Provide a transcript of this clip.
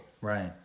Right